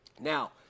Now